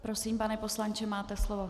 Prosím, pane poslanče, máte slovo.